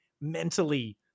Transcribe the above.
mentally